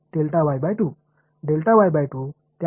இதேபோல் நான் மேலும் சென்றால் என்ற அடுத்த வெளிப்பாடு கிடைக்கும்